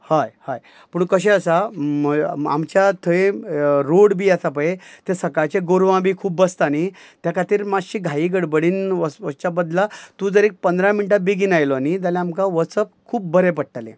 हय हय पूण कशें आसा आमच्या थंय रोड बी आसा पय ते सकाळचे गोरवां बी खूब बसता न्ही त्या खातीर मात्शी घाई घडबडीन वसच्या बदला तूं जर एक पंदरा मिनटां बेगीन आयलो न्ही जाल्यार आमकां वचप खूब बरें पडटलें